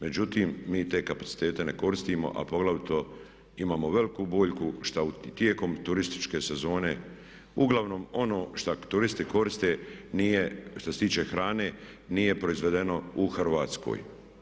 Međutim, mi te kapacitete ne koristimo a poglavito imamo veliku boljku što tijekom turističke sezone uglavnom ono što turisti koriste nije što se tiče hrane nije proizvedeno u Hrvatskoj.